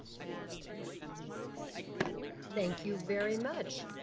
and that's my report. thank you. thank you very much.